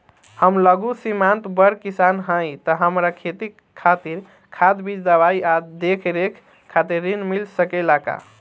हम लघु सिमांत बड़ किसान हईं त हमरा खेती खातिर खाद बीज दवाई आ देखरेख खातिर ऋण मिल सकेला का?